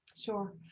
Sure